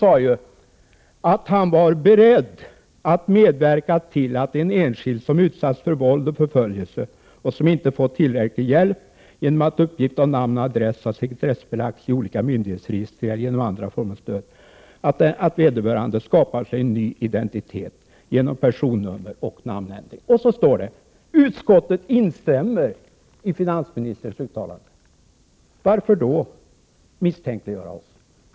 Han sade att han var beredd att medverka till att en enskild, som har utsatts för våld och förföljelse och som inte har fått tillräcklig hjälp genom att uppgift om namn och adress sekretessbelagts i olika myndighetsregister eller genom andra former av stöd, skapar sig en ny identitet genom personnummeroch namnändring. Så står det: ”Utskottet instämmer i finansministerns uttalande.” Varför då misstänkliggöra oss?